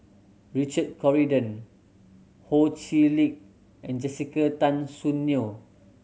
Richard Corridon Ho Chee Lick and Jessica Tan Soon Neo